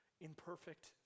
imperfect